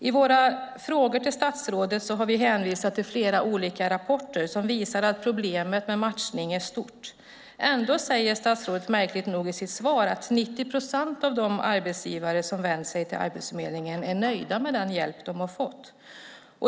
I våra frågor till statsrådet har vi hänvisat till flera olika rapporter som visar att problemet med matchning är stort. Ändå säger statsrådet märkligt nog i sitt svar att 90 procent av de arbetsgivare som vänt sig till Arbetsförmedlingen är nöjda med den hjälp de har fått.